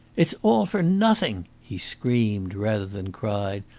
it's all for nothing! he screamed rather than cried.